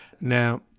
now